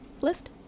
list